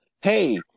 Hey